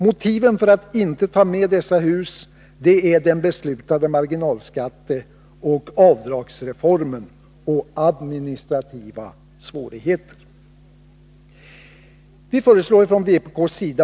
Motiven för att inte ta med dessa hus är den beslutade marginalskatteoch avdragsreformen samt administrativa svårigheter.